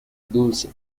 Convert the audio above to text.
dulce